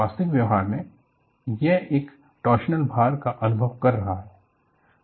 वास्तविक व्यवहार में यह एक टॉर्शनल भार का अनुभव कर रहा है